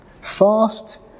Fast